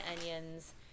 onions